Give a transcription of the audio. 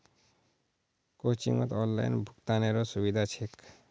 कोचिंगत ऑनलाइन भुक्तानेरो सुविधा छेक